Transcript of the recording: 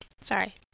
Sorry